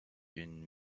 une